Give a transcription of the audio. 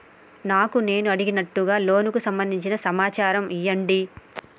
నాకు నేను అడిగినట్టుగా లోనుకు సంబందించిన సమాచారం ఇయ్యండి?